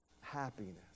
happiness